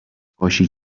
نقاشی